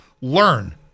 learn